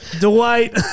Dwight